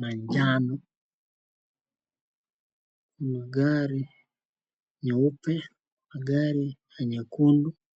manjano, magari ya nyeupe, magari ya nyekundu.